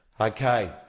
Okay